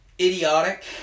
Idiotic